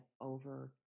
over